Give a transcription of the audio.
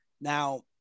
Now